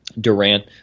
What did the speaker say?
Durant